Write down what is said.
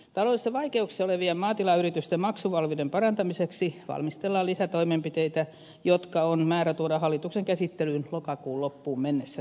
taloudellisissa vaikeuksissa olevien maatilayritysten maksuval miuden parantamiseksi valmistellaan lisätoimenpiteitä jotka on määrä tuoda hallituksen käsittelyyn lokakuun loppuun mennessä tänä vuonna